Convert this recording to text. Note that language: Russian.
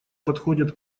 подходят